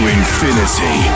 infinity